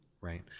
right